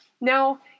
Now